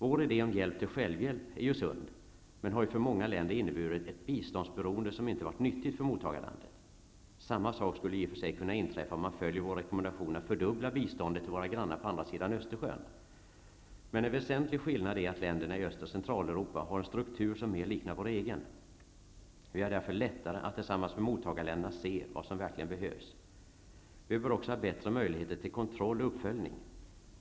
Vår idé om hjälp till självhjälp är sund, men den har för många länder inneburit ett biståndsberoende som inte har varit nyttigt för mottagarlandet. Samma sak skulle i och för sig kunna inträffa om man följer vår rekommendation att fördubbla biståndet till våra grannar på andra sidan Östersjön. En väsentlig skillnad är att länderna i Öst och Centraleuropa har en struktur som mer liknar vår egen. Vi har därför lättare att tillsammans med mottagarländerna se vad som verkligen behövs. Vi bör också ha bättre möjligheter till kontroll och uppföljning.